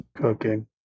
Cooking